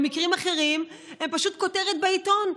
במקרים אחרים הם פשוט כותרת בעיתון.